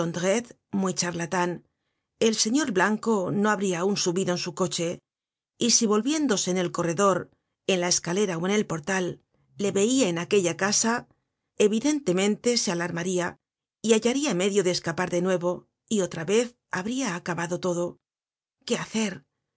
muy charlatan el señor blanco no habria aun subido en su coche y si volviéndose en el corredor en la escalera ó en el portal le veia en aquella casa evidentemente se alarmaria y hallaria medio de escapar de nuevo y otra vez habria acabado todo qué hacer